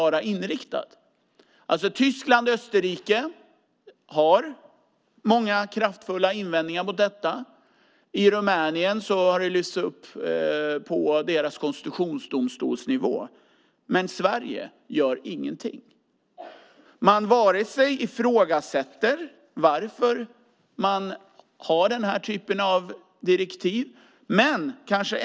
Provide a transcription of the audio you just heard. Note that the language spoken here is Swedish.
Tyskland och Österrike har många kraftfulla invändningar mot detta. I Rumänien har det lyfts upp på konstitutionsdomstolsnivå. Sverige gör ingenting. Man ifrågasätter inte varför man har den här typen av direktiv.